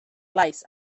lace